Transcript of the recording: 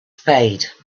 spade